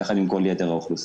ביחד עם כל יתר האוכלוסייה.